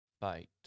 fight